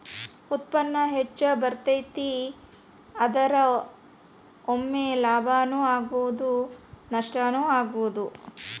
ಉತ್ಪನ್ನಾ ಹೆಚ್ಚ ಬರತತಿ, ಆದರ ಒಮ್ಮೆ ಲಾಭಾನು ಆಗ್ಬಹುದು ನಷ್ಟಾನು ಆಗ್ಬಹುದು